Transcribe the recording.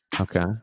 Okay